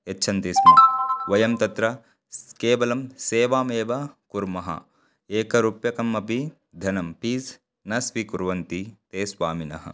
यच्छन्ति स्म वयं तत्र केवलं सेवामेव कुर्मः एकरूप्यकम् अपि धनं पीज़् न स्वीकुर्वन्ति ते स्वामिनः